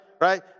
right